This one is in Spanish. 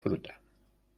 fruta